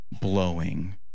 blowing